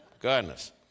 Goodness